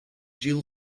jill